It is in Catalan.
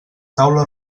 taula